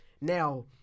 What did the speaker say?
Now